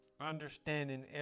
Understanding